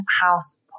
House